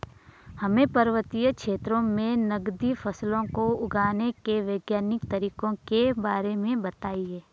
हमें पर्वतीय क्षेत्रों में नगदी फसलों को उगाने के वैज्ञानिक तरीकों के बारे में बताइये?